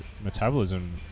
metabolism